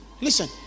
listen